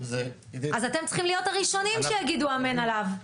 אז אתם צריכים להיות הראשונים שיגידו אמן עליו,